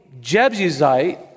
Jebusite